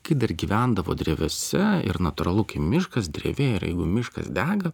kai dar gyvendavo drevėse ir natūralu kai miškas drevė ir jeigu miškas dega